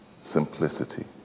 simplicity